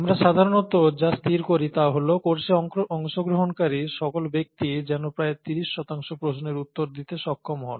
আমরা সাধারণত যা স্থির করি তা হল কোর্সে অংশগ্রহণকারী সকল ব্যক্তি যেন প্রায় 30 শতাংশ প্রশ্নের উত্তর দিতে সক্ষম হন